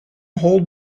hold